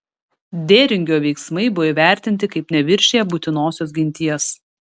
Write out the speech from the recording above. dėringio veiksmai buvo įvertinti kaip neviršiję būtinosios ginties